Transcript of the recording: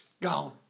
gone